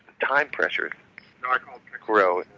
time pressures grow